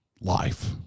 life